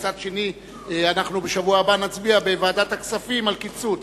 ומצד שני אנו בשבוע הבא נצביע בוועדת הכספים על קיצוץ,